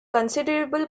considerable